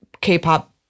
K-pop